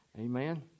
Amen